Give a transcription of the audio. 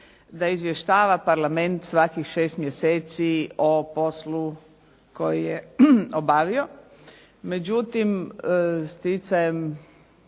da izvještava Parlament svakih šest mjeseci o poslu koji je obavio.